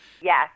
Yes